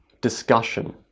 discussion